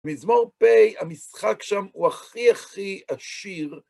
מזמור פ, המשחק שם הוא הכי הכי עשיר.